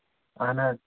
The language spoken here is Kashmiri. اہن حظ